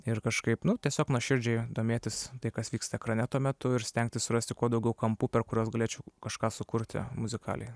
ir kažkaip nu tiesiog nuoširdžiai domėtis tai kas vyksta ekrane tuo metu ir stengtis surasti kuo daugiau kampų per kuriuos galėčiau kažką sukurti muzikaliai